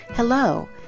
Hello